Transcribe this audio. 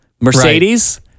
Mercedes